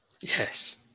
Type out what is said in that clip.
Yes